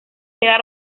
queda